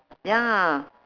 ya